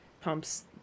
pumps